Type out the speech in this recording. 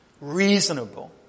reasonable